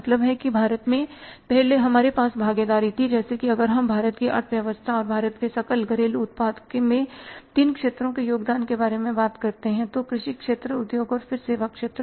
मतलब कि भारत में पहले हमारे पास भागीदारी थी जैसे कि अगर हम भारत की अर्थव्यवस्था और भारत के सकल घरेलू उत्पाद में तीन क्षेत्रों के योगदान के बारे में बात करते हैं कृषि क्षेत्र उद्योग और फिर सेवा क्षेत्र